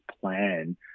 plan